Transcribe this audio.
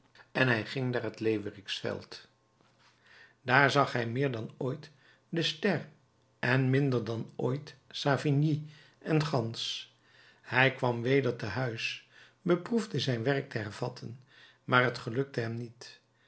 en hij ging naar het leeuweriksveld daar zag hij meer dan ooit de ster en minder dan ooit savigny en gans hij kwam weder te huis beproefde zijn werk te hervatten maar t gelukte hem niet